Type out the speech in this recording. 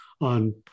on